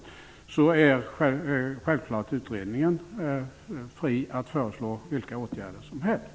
När vårt kartläggningsmaterial har tagits fram är utredningen självfallet fri att föreslå vilka åtgärder som helst.